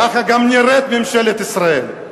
ככה גם נראית ממשלת ישראל.